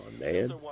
man